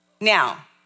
Now